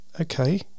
okay